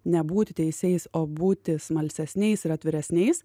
nebūti teisiais o būti smalsesniais ir atviresniais